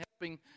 helping